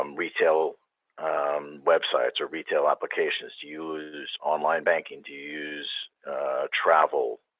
um retail websites or retail applications? do you use online banking? do you use travel,